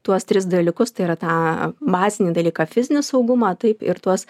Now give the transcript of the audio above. tuos tris dalykus tai yra tą masinį dalyką fizinį saugumą taip ir tuos